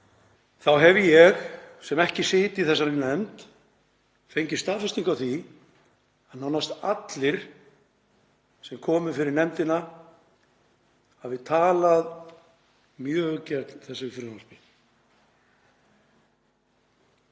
Þá hef ég, sem ekki sit í þessari nefnd, fengið staðfestingu á því að nánast allir sem komu fyrir nefndina hafi talað mjög gegn þessu frumvarpi.